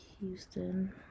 houston